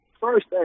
First